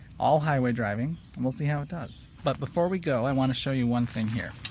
all highway driving. and we'll see how it does. but before we go, i want to show you one thing here.